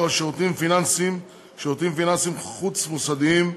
על שירותים פיננסיים (שירותים פיננסיים חוץ-מוסדיים),